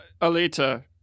Alita